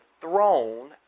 thrown